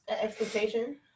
expectation